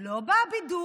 לא בבידוד.